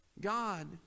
God